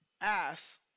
ass